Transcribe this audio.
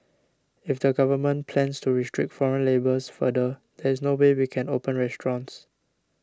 if the Government plans to restrict foreign labour further there is no way we can open restaurants